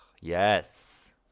Yes